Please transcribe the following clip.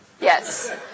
Yes